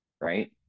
Right